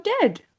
dead